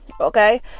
Okay